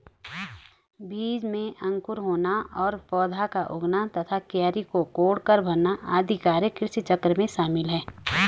बीज में अंकुर होना और पौधा का उगना तथा क्यारी को कोड़कर भरना आदि कार्य कृषिचक्र में शामिल है